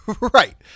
right